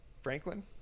franklin